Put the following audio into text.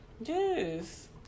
yes